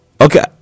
Okay